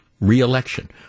re-election